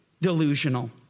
delusional